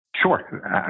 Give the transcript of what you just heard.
Sure